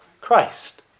Christ